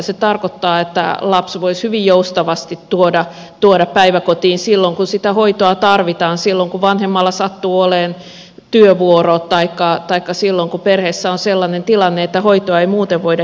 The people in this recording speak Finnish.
se tarkoittaa että lapsen voisi hyvin joustavasti tuoda päiväkotiin silloin kun sitä hoitoa tarvitaan kun vanhemmalla sattuu olemaan työvuoro taikka silloin kun perheessä on sellainen tilanne että hoitoa ei muuten voida järjestää